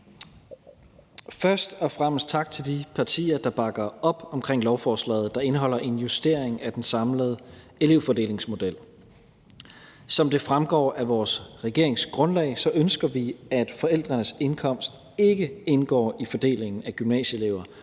Først og fremmest tak til de partier, der bakker op om lovforslaget, der indeholder en justering af den samlede elevfordelingsmodel. Som det fremgår af vores regeringsgrundlag, ønsker vi, at forældrenes indkomst ikkeindgår i fordelingen af gymnasieelever,